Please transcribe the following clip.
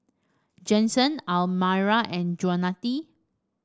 Jensen Almyra and